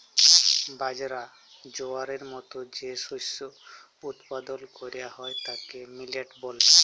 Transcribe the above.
বাজরা, জয়ারের মত যে শস্য উৎপাদল ক্যরা হ্যয় তাকে মিলেট ব্যলে